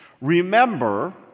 Remember